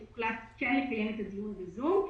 שאז הוחלט כן לקיים את הדיון בזום,